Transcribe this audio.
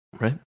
Right